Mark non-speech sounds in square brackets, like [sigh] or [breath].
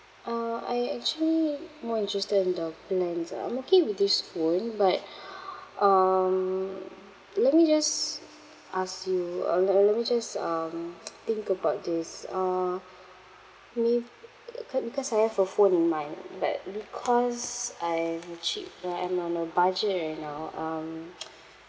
uh I actually more interested in the plans ah I'm okay with this phone but [breath] um let me just ask you uh let me let me just um [noise] think about this uh may [noise] beca~ because I have a phone in mind but because I'm cheap right I'm on a budget right now um [noise]